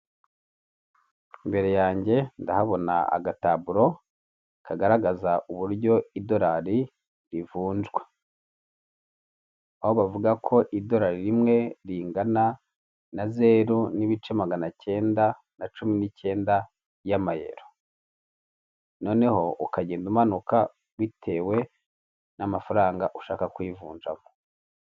Imbere yanjye ndahabona agataburo kagaragaza uburyo idorari rivunjwa, aho bavuga ko idorari rimwe rigana na zeru n'ibice maganacnda na cumi n'ikenda y'amayero, noneho ukagenda umanuka bitewe n'amafaranga ushaka kuyivunjamo.